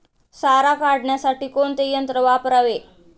सारा काढण्यासाठी कोणते यंत्र वापरावे?